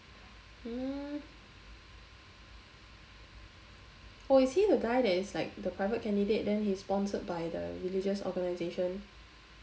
hmm oh is he the guy that is like the private candidate then he's sponsored by the religious organization